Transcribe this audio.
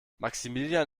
maximilian